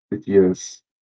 Yes